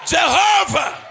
Jehovah